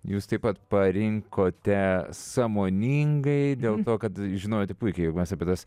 jūs taip pat parinkote sąmoningai dėl to kad žinojote puikiai jog mes apie tas